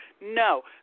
No